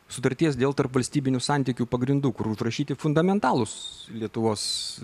sutarties dėl tarpvalstybinių santykių pagrindų kur užrašyti fundamentalūs lietuvos